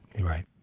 Right